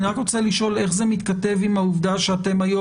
אני רוצה לשאול איך זה מתכתב עם העובדה שאתם היום